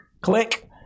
Click